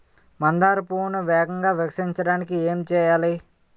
మందార పువ్వును వేగంగా వికసించడానికి ఏం చేయాలి?